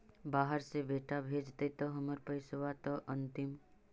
बाहर से बेटा भेजतय त हमर पैसाबा त अंतिम?